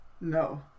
No